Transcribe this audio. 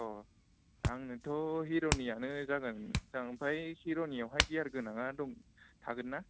अ आंनोथ' हिर'नियानो जागोनदां ओमफ्राय हिर'नियावहाय गियार गोनाङा दं थागोन ना